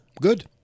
Good